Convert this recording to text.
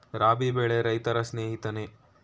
ರಾಬಿ ಬೆಳೆ ರೈತರ ಸ್ನೇಹಿತನೇ?